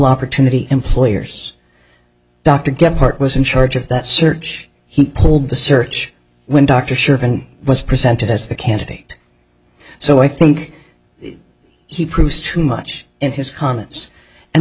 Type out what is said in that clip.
opportunity employers dr gephardt was in charge of that search he pulled the search when dr sherman was presented as the candidate so i think he proved too much in his comments and